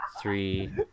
three